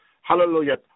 Hallelujah